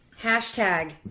hashtag